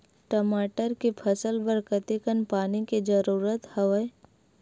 टमाटर के फसल बर कतेकन पानी के जरूरत हवय?